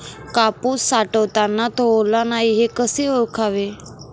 कापूस साठवताना तो ओला नाही हे कसे ओळखावे?